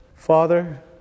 Father